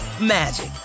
magic